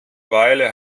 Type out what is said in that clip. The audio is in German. weile